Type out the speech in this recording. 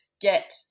get